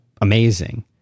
amazing